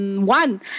one